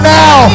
now